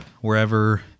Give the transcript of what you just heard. wherever